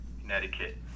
connecticut